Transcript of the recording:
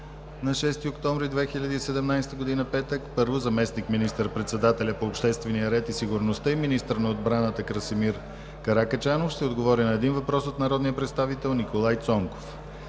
на 6 октомври 2017 г., петък: 1. Заместник министър-председателят по обществения ред и сигурността и министър на отбраната Красимир Каракачанов ще отговори на един въпрос от народния представител Николай Цонков.